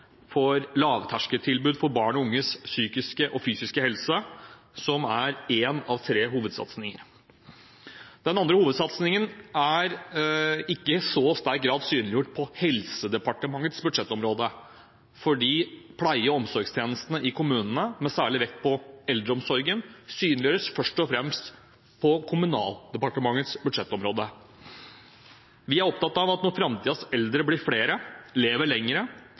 på lavterskeltilbud for barn og unges psykiske og fysiske helse, som er én av tre hovedsatsinger. Den andre hovedsatsingen er ikke i så sterk grad synliggjort på Helsedepartementets budsjettområde. Pleie- og omsorgstjenestene i kommunene, med særlig vekt på eldreomsorgen, synliggjøres først og fremst på Kommunaldepartementets budsjettområde. Vi er opptatt av at når eldre i framtiden blir flere og lever